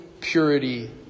purity